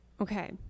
Okay